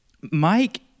Mike